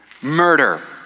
Murder